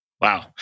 Wow